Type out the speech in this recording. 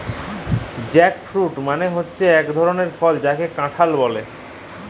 jackfruit মালে হচ্যে এক ধরলের ফল যাকে কাঁঠাল ব্যলে